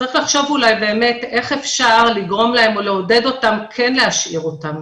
צריך לחשוב אולי באמת איך אפשר לגרום להם או לעודד אותם כן להשאיר אותם,